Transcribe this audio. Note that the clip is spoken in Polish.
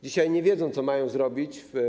Dzisiaj nie wiedzą, co mają zrobić.